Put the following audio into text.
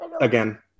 again